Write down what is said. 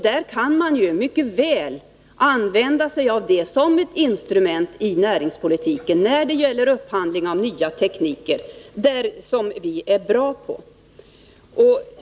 Man kan mycket väl använda sig av denna som ett instrument i näringspolitiken när det gäller upphandling av nya tekniker, som vi är bra på.